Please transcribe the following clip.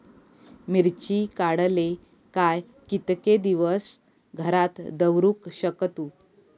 मिर्ची काडले काय कीतके दिवस घरात दवरुक शकतू?